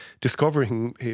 discovering